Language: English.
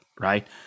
right